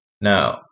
Now